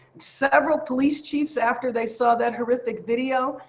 several police chiefs, after they saw that horrific video,